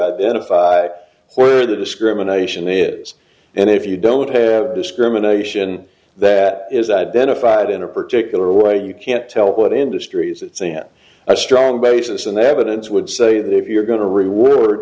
identify where the discrimination is and if you don't have discrimination that is identified in a particular way you can't tell what industries it's a have a strong basis and the evidence would say that if you're going to reword